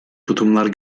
tutumlar